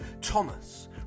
Thomas